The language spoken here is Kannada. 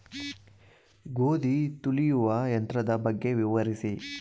ಗೋಧಿ ತುಳಿಯುವ ಯಂತ್ರದ ಬಗ್ಗೆ ವಿವರಿಸಿ?